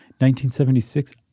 1976